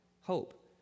hope